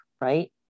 right